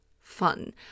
fun